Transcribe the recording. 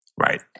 Right